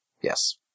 Yes